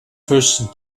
füssen